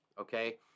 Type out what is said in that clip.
okay